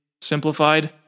simplified